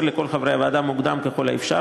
לכל חברי הוועדה מוקדם ככל האפשר,